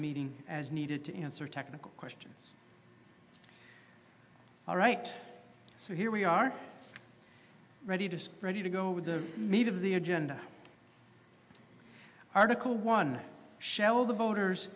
meeting as needed to answer technical questions all right so here we are ready to spread you to go with the meat of the agenda article one shell the voters